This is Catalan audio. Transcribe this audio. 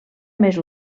més